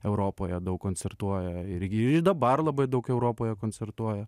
europoje daug koncertuoja irgi dabar labai daug europoje koncertuoja